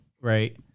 right